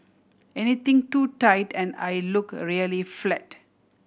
anything too tight and I look really flat